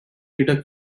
later